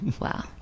Wow